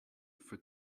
for